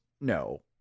No